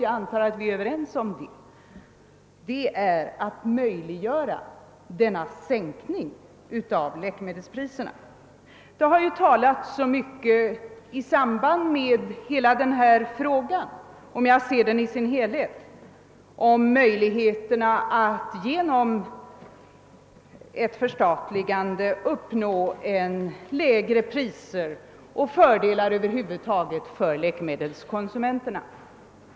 Jag antar att vi är överens om att huvudändamålet är att möjliggöra en sänkning av läkemedelspriserna. Det har talats mycket i samband med hela den här frågan om möjligheterna att genom ett förstatligande uppnå lägre priser och över huvud taget fördelar för läkemedelskonsumenterna.